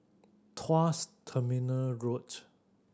Tuas Terminal Road